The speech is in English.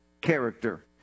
character